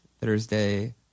Thursday